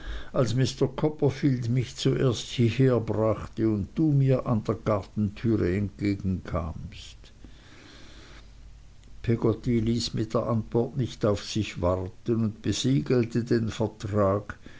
als mr copperfield mich zuerst hierherbrachte und du mir an der gartentüre entgegenkamst peggotty ließ mit der antwort nicht auf sich warten und besiegelte den vertrag